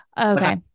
Okay